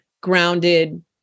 grounded